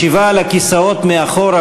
ישיבה על הכיסאות מאחורה,